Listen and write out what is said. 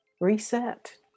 reset